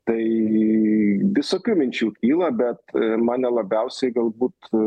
tai visokių minčių kyla bet mane labiausiai galbūt